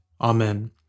Amen